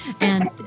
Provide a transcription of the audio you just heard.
And-